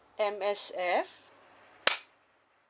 M_S_F